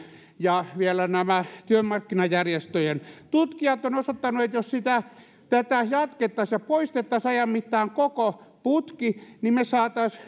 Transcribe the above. ja vielä työmarkkinajärjestöjen tutkijat ovat osoittaneet että jos tätä jatkettaisiin ja poistettaisiin ajan mittaan koko putki niin me saisimme